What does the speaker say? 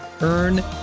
Earn